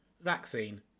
Vaccine